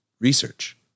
research